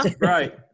right